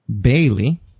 Bailey